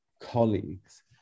colleagues